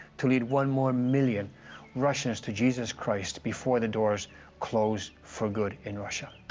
to lead one more million russians to jesus christ before the doors close for good in russia.